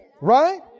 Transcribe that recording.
right